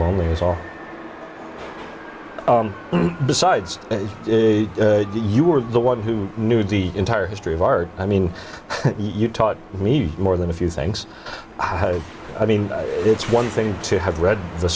is all besides you were the one who knew the entire history of art i mean you taught me more than a few things i mean it's one thing to have read the